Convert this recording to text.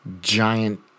giant